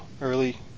early